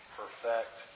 perfect